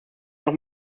noch